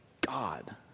God